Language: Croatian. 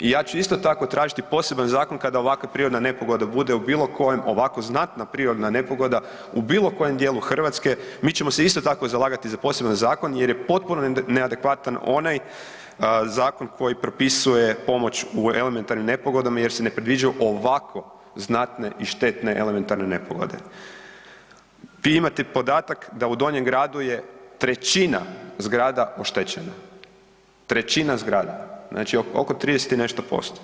I ja ću isto tako tražiti poseban zakon kada ovakva prirodna nepogoda bude u bilo kojem, ovako znatna prirodna nepogoda u bilo kojem dijelu Hrvatske, mi ćemo se isto tako zalagati za poseban zakon jer je potpuno neadekvatan onaj zakon koji propisuje pomoć u elementarnim nepogodama jer se ne predviđaju ovako znatne i štetne elementarne nepogode. … podatak da u Donjem gradu je trećina zgrada oštećena, trećina zgrada, znači oko 30 i nešto posto.